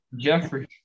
Jeffrey